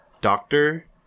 Doctor